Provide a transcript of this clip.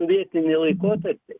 vietinį laikotarpį